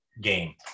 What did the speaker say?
game